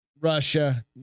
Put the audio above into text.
russia